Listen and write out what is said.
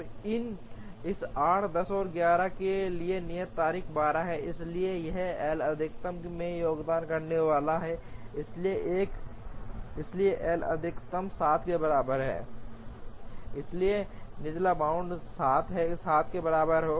अब इस 8 10 और 11 के लिए नियत तारीखें 12 हैं इसलिए यह L अधिकतम में योगदान करने वाला है इसलिए एल अधिकतम 7 के बराबर है इसलिए निचला बाउंड 7 के बराबर है